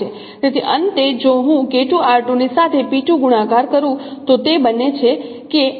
તેથી અંતે જો હું ની સાથે ગુણાકાર કરું તો તે બને છે કે આ રીતે આ સંબંધ સ્થાપિત થાય છે